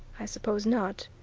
i suppose not,